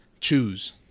choose